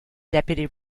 deputy